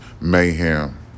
mayhem